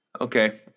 Okay